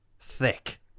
Thick